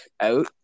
out